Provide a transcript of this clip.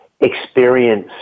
experience